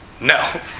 no